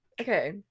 Okay